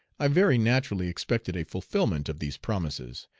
i very naturally expected a fulfilment of these promises,